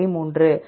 3